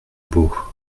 beau